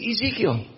Ezekiel